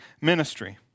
ministry